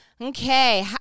okay